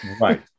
right